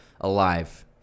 alive